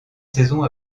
saison